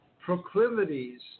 proclivities